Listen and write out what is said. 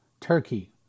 Turkey